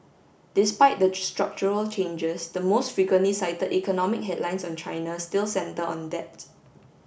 despite the structural changes the most frequently cited economic headlines on China still centre on debt